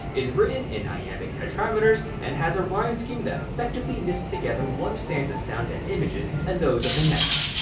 is written in iambic tetrameters and has a rhyme scheme that effectively knits together one stanza's sound and images and those of the next.